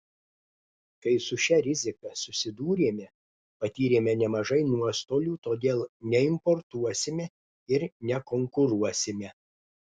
kai su šia rizika susidūrėme patyrėme nemažai nuostolių todėl neimportuosime ir nekonkuruosime